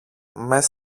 μες